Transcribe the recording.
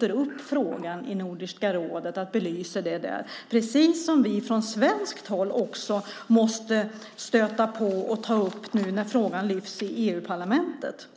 tar upp frågan i Nordiska rådet och belyser den där, precis som vi från svenskt håll också måste stöta på och ta upp den när nu frågan lyfts i EU-parlamentet.